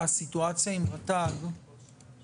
שהסיטואציה עם רשות הטבע והגנים מתועדת.